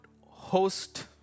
host